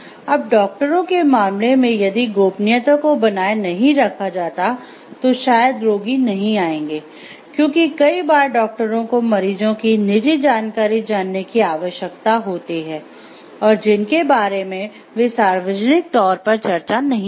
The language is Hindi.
अब डॉक्टरों के मामले में यदि गोपनीयता को बनाए नहीं रखा जाता तो शायद रोगी नहीं आयेंगे क्योंकि कई बार डॉक्टरों को मरीजों की निजी जानकारी जानने की आवश्यकता होती है और जिनके बारे में वे सार्वजनिक तौर पर चर्चा नहीं करते